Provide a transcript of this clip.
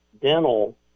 dental